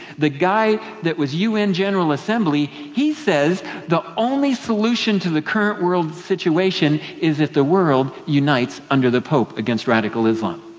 the guy that was un general assembly, he says the only solution to the current world situation is if the world unite under the pope against radical islam.